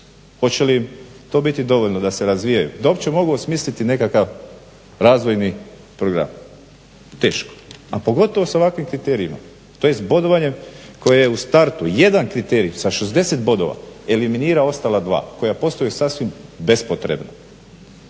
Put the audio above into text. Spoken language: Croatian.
Hoće li im to biti dovoljno da se razvijaju, da uopće mogu osmisliti nekakav razvojni program. Teško, a pogotovo s ovakvim kriterijima odnosno tj. bodovanjem koje je u startu jedan kriterij sa 60 bodova eliminirao ostala dva koja postaju sasvim bespotrebna.